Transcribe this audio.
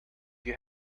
you